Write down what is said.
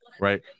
right